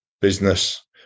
business